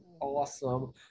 awesome